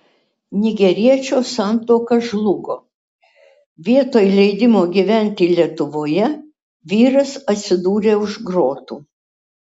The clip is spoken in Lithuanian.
nigeriečio santuoka žlugo vietoj leidimo gyventi lietuvoje vyras atsidūrė už grotų